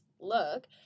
look